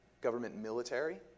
government-military